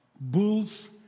bulls